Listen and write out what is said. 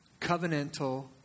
covenantal